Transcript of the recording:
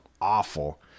awful